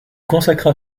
consacra